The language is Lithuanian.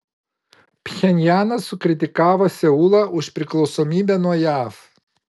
pchenjanas sukritikavo seulą už priklausomybę nuo jav